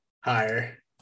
Higher